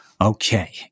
Okay